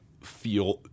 feel